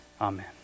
Amen